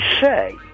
say